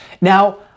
Now